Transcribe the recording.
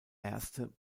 erste